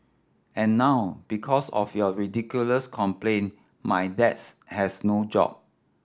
and now because of your ridiculous complaint my dads has no job